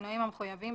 בשינויים המחויבים,